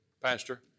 pastor